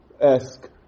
ask